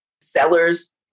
sellers